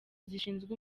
zishinzwe